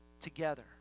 together